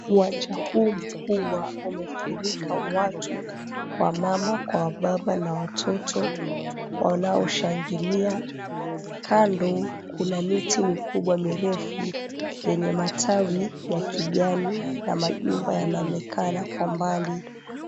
Uwanja huu mkubwa umefurika watu wamama kwa wababa na watoto wanaoshangilia. Kando kuna miti mikubwa mirefu yenye matawi ya kijani na majumba yanaonekana kwa mbali.